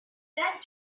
that